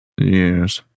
Yes